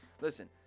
Listen